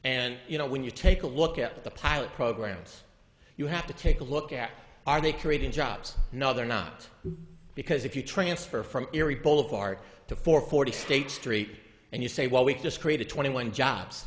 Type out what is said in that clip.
and you know when you take a look at the pilot programs you have to take a look at are they creating jobs no they're not because if you transfer from erie boulevard to four forty state street and you say well we just created twenty one jobs